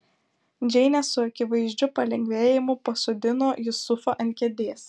džeinė su akivaizdžiu palengvėjimu pasodino jusufą ant kėdės